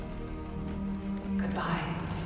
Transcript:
Goodbye